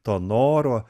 to noro